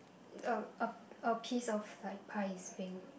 uh a a piece of like pie is being